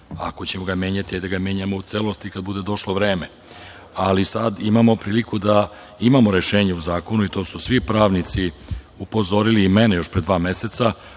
ćemo ga menjati, hajde da ga menjamo u celosti kada bude došlo vreme, ali sada imamo priliku da imamo rešenje u zakonu. Na to su svi pravnici upozorili mene još pre dva meseca,